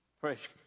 Praise